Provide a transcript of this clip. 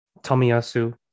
Tomiyasu